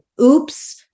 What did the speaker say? oops